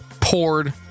poured